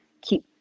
keep